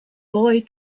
boy